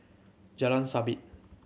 Jalan Sabit